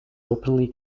openly